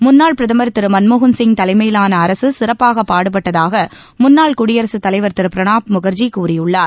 முன்னாள் பிரதமர் திரு மன்மோகன்சிங் தலைமையிலான அரசு சிறப்பாக பாடுபட்டதாக முன்னாள் குடியரசு தலைவர் திரு பிரணாப் முகர்ஜி கூறியுள்ளார்